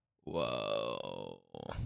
Whoa